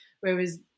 whereas